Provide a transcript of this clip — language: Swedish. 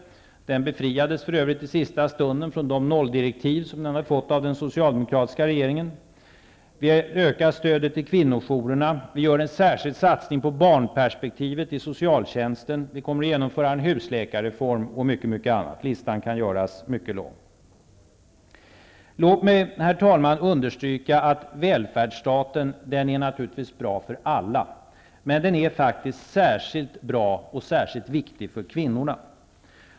Den befriades för övrigt i sista stund från de nolldirektiv som den fått av den socialdemokratiska regeringen. Vi ökar stödet till kvinnojourerna, vi gör en särskild satsning på barnperspektivet i socialtjänsten. Vi kommer att genomföra en husläkarreform och mycket annat. Listan kan göras mycket lång. Låt mig, herr talman, understryka att välfärdsstaten naturligtvis är bra för alla, men den är faktiskt särskilt bra och särskilt viktig för kvinnorna.